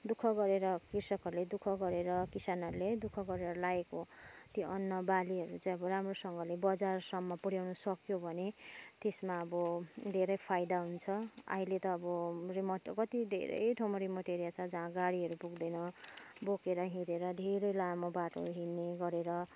दु ख गरेर कृषकहरूले दु ख गरेर किसानहरूले दु ख गरेर लाएको त्यो अन्न बालीहरू चाहिँ अब राम्रोसँगले बजारसम्म पुऱ्याउन सक्यो भने त्यसमा अब धेरै फाइदा हुन्छ अहिले त अब रिमोट कति धेरै ठाउँमा रिमोट एरिया छ जहाँ गाडीहरू पुग्दैन बोकेर हिँडेर धेरै लामो बाटो हिँड्ने गरेर